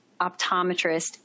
optometrist